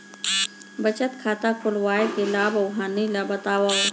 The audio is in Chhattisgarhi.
बचत खाता खोलवाय के लाभ अऊ हानि ला बतावव?